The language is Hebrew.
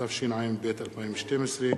התשע"ב 2012,